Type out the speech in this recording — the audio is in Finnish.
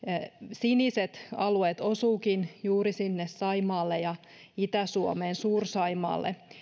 siniset alueet osuvatkin juuri sinne saimaalle ja itä suomeen suur saimaalle